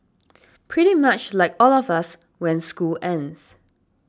pretty much like all of us when school ends